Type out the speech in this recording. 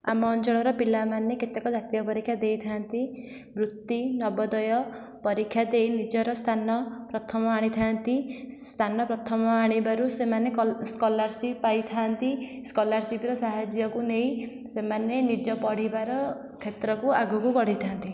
ଆମ ଅଞ୍ଚଳର ପିଲାମାନେ କେତେକ ଜାତୀୟ ପରୀକ୍ଷା ଦେଇଥାନ୍ତି ବୃତ୍ତି ନବୋଦୟ ପରୀକ୍ଷା ଦେଇ ନିଜର ସ୍ଥାନ ପ୍ରଥମ ଆଣିଥାନ୍ତି ସ୍ଥାନ ପ୍ରଥମ ଆଣିବାରୁ ସେମାନେ ସ୍କଲାରସିପ ପାଇଥାନ୍ତି ସ୍କଲାରସିପ ର ସାହାଯ୍ୟକୁ ନେଇ ସେମାନେ ନିଜ ପଢ଼ିବାର କ୍ଷେତ୍ରକୁ ଆଗକୁ ବଢ଼ିଥାନ୍ତି